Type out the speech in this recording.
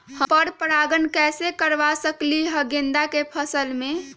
हम पर पारगन कैसे करवा सकली ह गेंदा के फसल में?